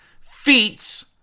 feats